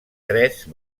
tres